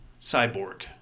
Cyborg